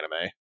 anime